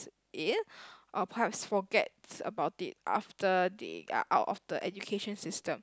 it uh perhaps forgets about it after they are out of the education system